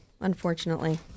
unfortunately